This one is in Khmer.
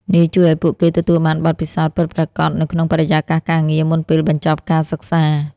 នេះជួយឱ្យពួកគេទទួលបានបទពិសោធន៍ពិតប្រាកដនៅក្នុងបរិយាកាសការងារ មុនពេលបញ្ចប់ការសិក្សា។